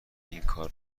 اینکار